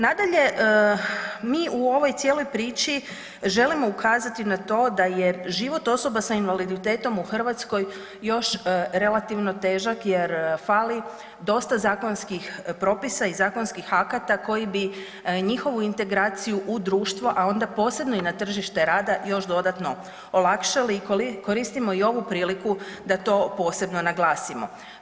Nadalje, mi u ovoj cijeloj priči želimo ukazati na to da je život osoba sa invaliditetom u Hrvatskoj još relativno težak jer fali dosta zakonskih propisa i zakonskih akata koji bi njihovu integraciju u društvu, a onda posebno i na tržište rada još dodatno olakšali i koristimo i ovu priliku da to posebno naglasimo.